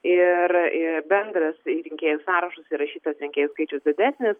ir ir bendras rinkėjų sąrašas įrašytas rinkėjų skaičius didesnis